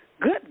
Good